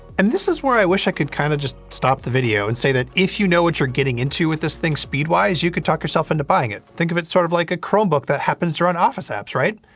and this is where i wish i could kinda just stop the video and say that, if you know what you're getting into with this thing speed-wise, you could talk yourself into buying it. think of it sort of like a chromebook that happens to run office apps, right?